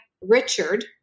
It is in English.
Richard